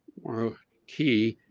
were key.